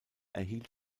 erhielt